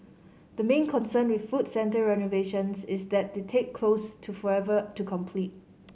the main concern with food centre renovations is that they take close to forever to complete